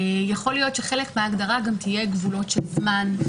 יכול להיות שחלק מההגדרה גם תהיה גבולות של זמן.